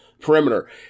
perimeter